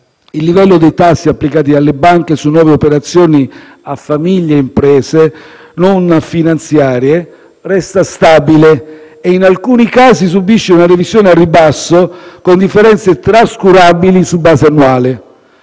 Il livello dei tassi applicati dalle banche su nuove operazioni a famiglie e imprese non finanziarie resta stabile e, in alcuni casi, subisce una revisione al ribasso con differenze trascurabili su base annuale.